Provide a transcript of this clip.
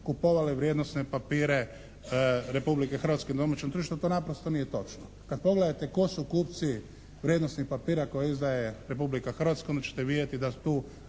kupovale vrijednosne papire Republike Hrvatske na domaćem tržištu. To naprosto nije točno. Kad pogleda tko su kupci vrijednosnih papira koje izdaje Republika Hrvatska onda ćete vidjeti da tu